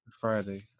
Friday